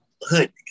hood